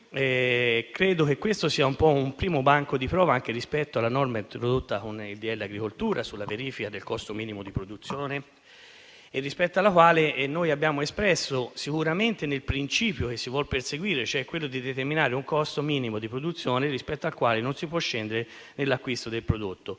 quindi che questo sia un primo banco di prova anche rispetto alla norma introdotta con il cosiddetto decreto-legge agricoltura sulla verifica del costo minimo di produzione, rispetto alla quale noi ci siamo espressi sul principio che si vuol perseguire, cioè quello di determinare un costo minimo di produzione rispetto al quale non si può scendere nell'acquisto del prodotto.